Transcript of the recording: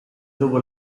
dopo